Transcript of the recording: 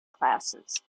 classes